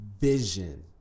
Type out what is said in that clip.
vision